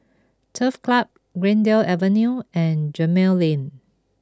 Turf Club Greendale Avenue and Gemmill Lane